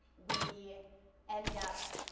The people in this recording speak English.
we end up,